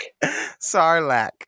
Sarlacc